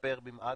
ישתפר במעט.